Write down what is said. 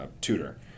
tutor